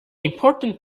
important